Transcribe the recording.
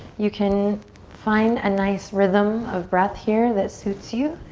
you can find a nice rhythm of breath here that suits you.